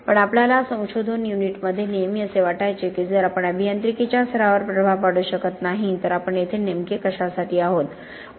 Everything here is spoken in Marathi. पण आपल्याला संशोधन युनिटमध्ये नेहमी असे वाटायचे की जर आपण अभियांत्रिकीच्या सरावावर प्रभाव पाडू शकत नाही तर आपण येथे नेमके कशासाठी आहोत